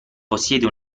possiede